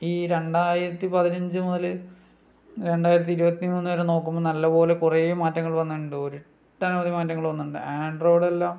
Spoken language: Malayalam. ഈ രണ്ടായിരത്തി പതിനഞ്ചു മുതല് രണ്ടായിരത്തി ഇരുപത്തി മൂന്ന് വരെ നോക്കുമ്പം നല്ലപോലെ കുറേ മാറ്റങ്ങൾ വന്നിട്ടുണ്ട് ഒര് ഒട്ടനവധി മാറ്റങ്ങൾ വന്നിട്ടുണ്ട് ആൻഡ്രോയ്ഡെല്ലാം